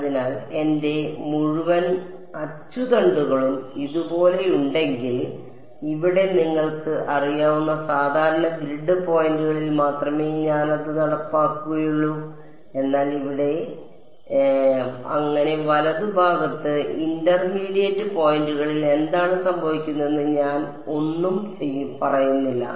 അതിനാൽ എന്റെ മുഴുവൻ അച്ചുതണ്ടുകളും ഇതുപോലെയുണ്ടെങ്കിൽ ഇവിടെ നിങ്ങൾക്ക് അറിയാവുന്ന സാധാരണ ഗ്രിഡ് പോയിന്റുകളിൽ മാത്രമേ ഞാൻ അത് നടപ്പിലാക്കുകയുള്ളൂ എന്നാൽ ഇവിടെ ഇവിടെ ഇവിടെ അങ്ങനെ വലതുഭാഗത്ത് ഇന്റർമീഡിയറ്റ് പോയിന്റുകളിൽ എന്താണ് സംഭവിക്കുന്നതെന്ന് ഞാൻ ഒന്നും പറയുന്നില്ല